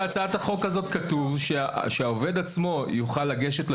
בהצעת החוק הזאת כתוב שהעובד עצמו יוכל לגשת למשטרה,